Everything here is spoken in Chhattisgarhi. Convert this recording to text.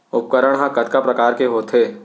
उपकरण हा कतका प्रकार के होथे?